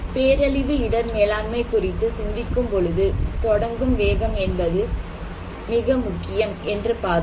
பேரழிவு இடர் மேலாண்மை குறித்து சிந்திக்கும் பொழுது தொடங்கும் வேகம் என்பது மிக முக்கியம் என்று பார்த்தோம்